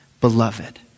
beloved